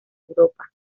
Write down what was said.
europa